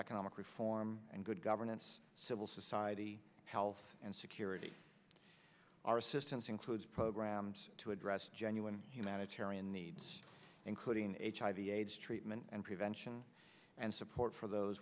economic reform and good governance civil society health and security our assistance includes programs to address genuine humanitarian needs including a hiv aids treatment and prevention and support for those